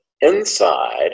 inside